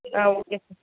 ah okay sir